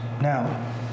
Now